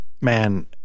man